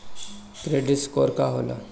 Credit score का होला?